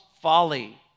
folly